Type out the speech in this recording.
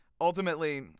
ultimately